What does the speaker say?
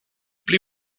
pli